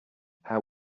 how